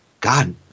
God